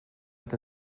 with